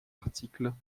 articles